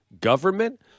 government